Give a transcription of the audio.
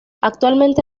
actualmente